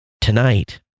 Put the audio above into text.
tonight